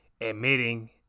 admitting